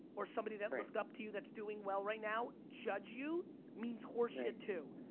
or somebody that looked up to you that's doing well right now judge you means horseshit too.